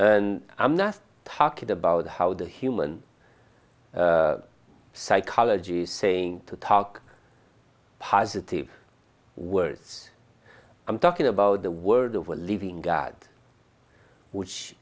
and i'm not talking about how the human psychology is saying to talk positive words i'm talking about the word of a living god which